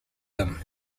him